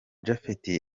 japhet